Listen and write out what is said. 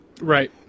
Right